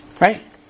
Right